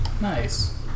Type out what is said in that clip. Nice